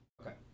Okay